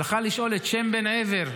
הלכה לשאול את שם בן עזר,